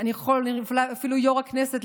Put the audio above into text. אפילו יו"ר הכנסת,